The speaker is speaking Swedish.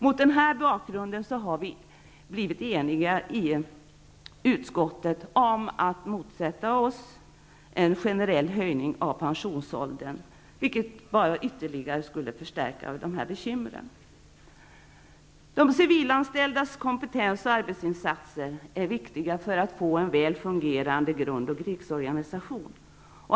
Mot denna bakgrund har vi i utskottet blivit eniga om att motsätta oss en generell höjning av pensionsåldern, en höjning som ytterligare skulle öka bekymren. De civilanställdas kompetens och arbetsinsatser är viktiga för att få en väl fungerande grund och krigsorganisation.